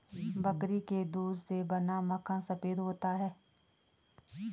बकरी के दूध से बना माखन सफेद होता है